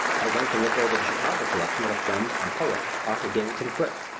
i went to look over the chicago collection with a friend and poet arthur davison ficke.